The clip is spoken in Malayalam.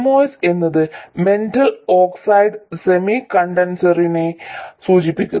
MOS എന്നത് മെറ്റൽ ഓക്സൈഡ് സെമികണ്ടക്റ്ററിനെ സൂചിപ്പിക്കുന്നു